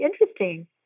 interesting